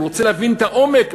הוא רוצה להבין את העומק,